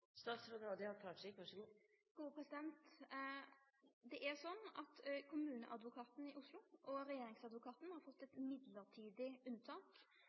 Det er sånn at Kommuneadvokaten i Oslo og Regjeringsadvokaten har fått eit mellombels unntak